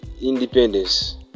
Independence